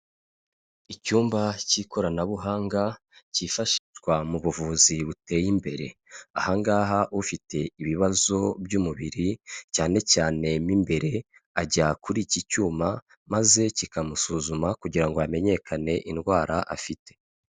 Icyumba cy'ikoranabuhanga cyifashishwa mu buvuzi buteye imbere, aha ngaha ufite ibibazo by'umubiri cyane cyane mo imbere ajya kuri iki cyuma maze kikamusuzuma kugira ngo hamenyekane indwara afite.